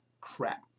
crap